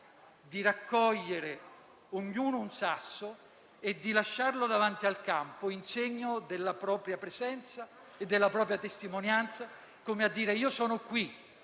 di raccogliere ognuno un sasso e di lasciarlo davanti al campo in segno della propria presenza e della propria testimonianza, come a dire: «Io sono qui.